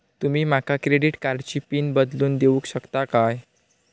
तुमी माका क्रेडिट कार्डची पिन बदलून देऊक शकता काय?